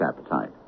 appetite